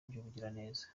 by’ubugiraneza